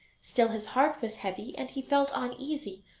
still his heart was heavy, and he felt uneasy,